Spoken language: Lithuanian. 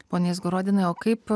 pone izgorodinai o kaip